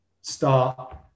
start